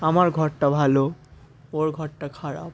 আমার ঘরটা ভালো ওর ঘরটা খারাপ